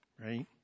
right